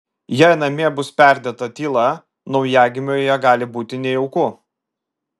jei namie bus perdėta tyla naujagimiui joje gali būti nejauku